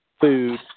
food